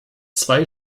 zwei